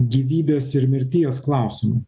gyvybės ir mirties klausimu